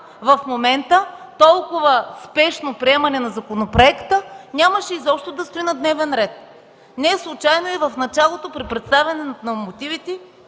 в момента, толкова спешно приемане на законопроекта нямаше изобщо да стои на дневен ред. В началото при представянето на мотивите